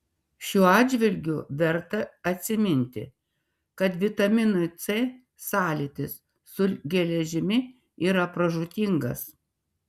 šiuo atžvilgiu verta atsiminti kad vitaminui c sąlytis su geležimi yra pražūtingas